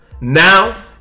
Now